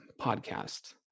podcast